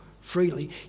freely